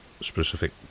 specific